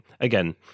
again